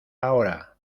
ahora